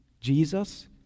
Jesus